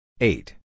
Eight